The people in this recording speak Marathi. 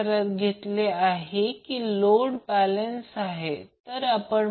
आता पाहू शकतो की P2 P1 म्हणजे हा लोड इंडक्टिव्ह असेल कारण आधीच आपण पाहिले आहे की ते केवळ इंडक्टिव्ह आहे